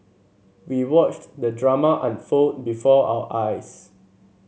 we watched the drama unfold before our eyes